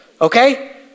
Okay